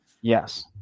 yes